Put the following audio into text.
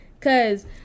cause